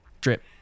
drip